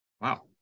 Wow